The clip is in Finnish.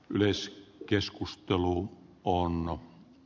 yleisin keskustelu vuonna